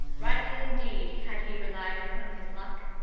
rightly indeed had he relied upon his luck.